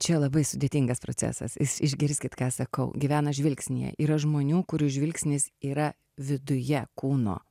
čia labai sudėtingas procesas jis išgirskit ką sakau gyvena žvilgsnyje yra žmonių kurių žvilgsnis yra viduje kūno